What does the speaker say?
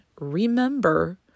remember